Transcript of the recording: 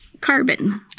Carbon